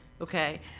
okay